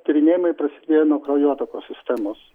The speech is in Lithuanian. tyrinėjimai prasidėjo nuo kraujotakos sistemos